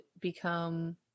become